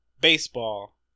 baseball